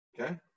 Okay